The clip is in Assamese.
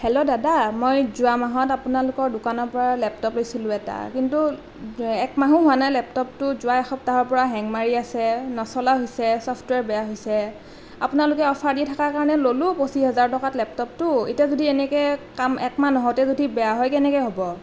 হেল্ল' দাদা মই যোৱা মাহত আপোনালোকৰ দোকানৰ পৰা লেপটপ লৈছিলোঁ এটা কিন্তু এক মাহো হোৱা নাই লেপটপটো যোৱা এসপ্তাহৰ পৰা হেং মাৰি আছে নচলা হৈছে চফটৱেৰ বেয়া হৈছে আপোনালোকে অফাৰ দি থকাৰ কাৰণে ল'লোঁ পঁচিছ হাজাৰ টকাত লেপটপটো এতিয়া যদি এনেকৈ এমাহ নহওঁতেই যদি বেয়া হয় কেনেকৈ হ'ব